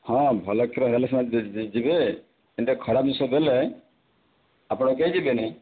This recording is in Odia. ହଁ ଭଲ କ୍ଷୀର ହେଲେ ସିନା ଯିବେ ଏମିତିଆ ଖରାପ ଜିନିଷ ଦେଲେ ଆପଣ କେହି ଯିବେନି